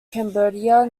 cambodia